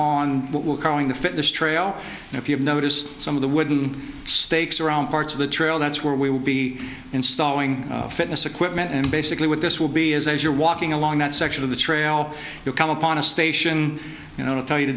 on what will calling the fitness trail and if you have noticed some of the wooden stakes around parts of the trail that's where we will be installing fitness equipment and basically what this will be is as you're walking along that section of the trail you come upon a station you know to tell you to